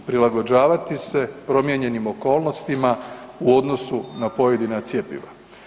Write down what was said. Prilagođavati se promijenjenim okolnostima u odnosu na pojedina cjepiva.